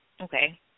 okay